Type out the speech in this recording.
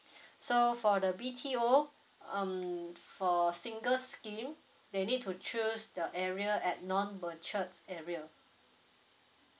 so for the B_T_O um for singles scheme they need to choose the area at non matured area